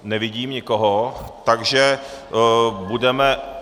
Nevidím nikoho, takže budeme...